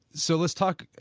so, let's talk,